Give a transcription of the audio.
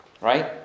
right